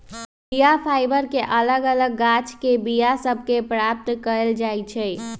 बीया फाइबर के अलग अलग गाछके बीया सभ से प्राप्त कएल जाइ छइ